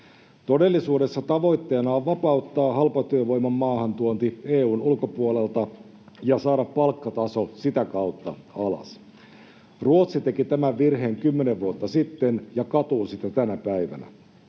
Todellisuudessa tavoitteena on vapauttaa halpatyövoiman maahantuonti EU:n ulkopuolelta ja saada palkkataso sitä kautta alas. Ruotsi teki tämän virheen kymmenen vuotta sitten ja katuu sitä tänä päivänä.